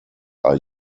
are